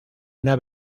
una